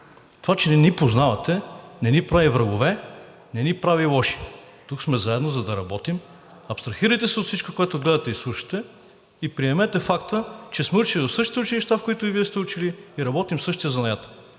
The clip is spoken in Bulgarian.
Това, че не ни познавате, не ни прави врагове, не ни прави лоши. Тук сме заедно, за да работим. Абстрахирайте се от всичко, което гледате и слушате, и приемете факта, че сме учили в същите училища, в които и Вие сте учили, и работим същия занаят.